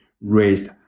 raised